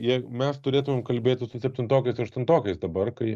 jei mes turėtumėm kalbėti su septintokais aštuntokais dabar kai